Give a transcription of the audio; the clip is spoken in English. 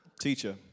Teacher